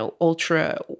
ultra